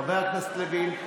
חבר הכנסת לוין,